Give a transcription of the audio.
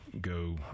go